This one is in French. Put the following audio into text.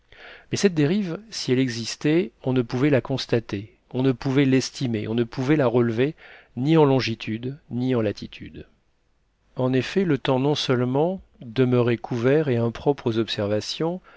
mais cette dérive si elle existait on ne pouvait la constater on ne pouvait l'estimer on ne pouvait la relever ni en longitude ni en latitude en effet le temps non seulement demeurait couvert et impropre aux observations